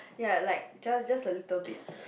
ya like just just a little bit